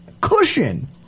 Cushion